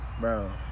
Bro